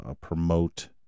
promote